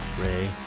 Ray